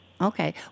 Okay